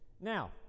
Now